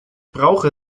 brauche